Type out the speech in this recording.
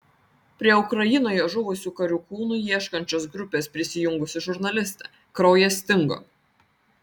prie ukrainoje žuvusių karių kūnų ieškančios grupės prisijungusi žurnalistė kraujas stingo